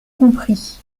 compris